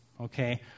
Okay